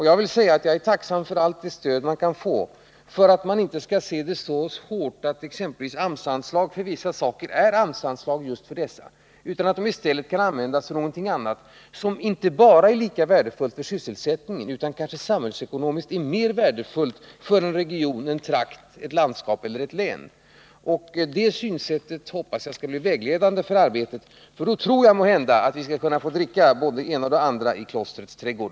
Jag är tacksam för allt stöd som jag kan få i min strävan att vi inte skall se exempelvis ett AMS-anslag för ett visst objekt enbart som ett Nr 26 AMS-anslag just för detta objekt. Pengarna bör i stället kunna användas till Måndagen den någonting annat, som inte bara är lika värdefullt för sysselsättningen utan 12 november 1979 som samhällsekonomiskt kanske är mer värdefullt för en region, en trakt, ett landskap eller ett län. Jag hoppas att detta synsätt skall bli vägledande för arbetet. Och då tror jag, Bertil Zachrisson, att vi får dricka både det ena och det andra i klostrets trädgård.